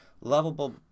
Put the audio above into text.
Lovable